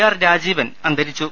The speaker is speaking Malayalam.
ആർ രാജീവൻ അന്തരിച്ചു